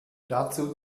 dazu